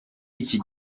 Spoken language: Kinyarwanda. iki